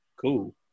cool